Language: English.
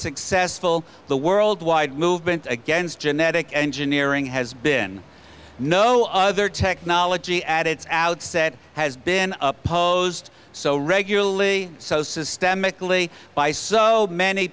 successful the worldwide movement against genetic engineering has been no other technology at its outset has been opposed so regularly so systemically by so many